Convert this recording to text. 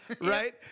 right